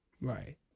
right